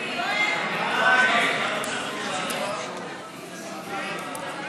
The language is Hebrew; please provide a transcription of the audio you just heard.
לוועדה את הצעת חוק-יסוד: